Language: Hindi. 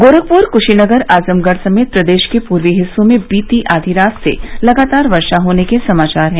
गोरखपुर कुशीनगर आजमगढ़ समेत प्रदेश के पूर्वी हिस्सों में बीती आधी रात से लगातार वर्षा होने के समाचार हैं